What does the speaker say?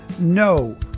No